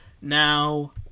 Now